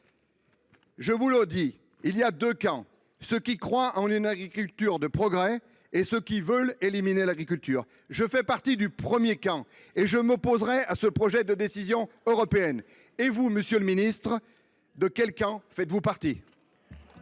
en préambule, il y a deux camps : ceux qui croient en une agriculture de progrès et ceux qui veulent éliminer l’agriculture. Je fais partie du premier camp et je m’opposerai à ce projet de décision européenne. Monsieur le ministre, dans quel camp êtes vous ?